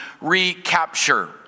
recapture